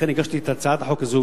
לכן הגשתי את הצעת החוק הזאת,